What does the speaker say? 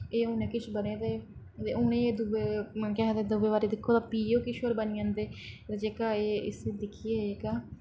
एह् हु'नै किश बने दे ते हुन ए दुए मन के आखदे दुए बारी दिक्खो ते फ्ही ओ किश और बनी जन्दे ते जेह्का ए इस्सी दिक्खियै जेह्का